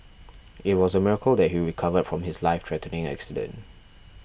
it was a miracle that he recovered from his lifethreatening accident